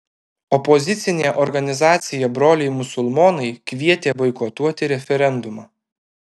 opozicinė organizacija broliai musulmonai kvietė boikotuoti referendumą